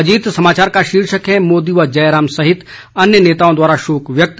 अजीत समाचार का शीर्षक है मोदी व जयराम सहित अन्य नेताओं द्वारा शोक व्यक्त